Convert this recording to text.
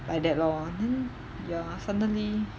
like that lor ya suddenly